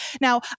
now